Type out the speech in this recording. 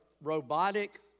robotic